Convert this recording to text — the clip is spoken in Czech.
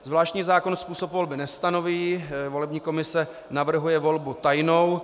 Zvláštní zákon způsob volby nestanoví, volební komise navrhuje volbu tajnou.